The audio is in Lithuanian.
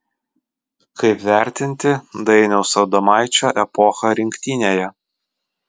kaip vertinti dainiaus adomaičio epochą rinktinėje